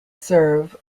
serve